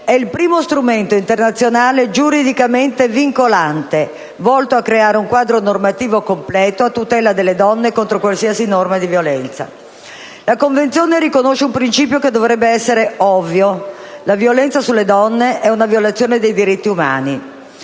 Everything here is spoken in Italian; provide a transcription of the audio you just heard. è il primo strumento internazionale giuridicamente vincolante volto a creare un quadro normativo completo a tutela delle donne contro qualsiasi forma di violenza. La Convenzione riconosce un principio che dovrebbe essere ovvio: la violenza sulle donne è una violazione dei diritti umani.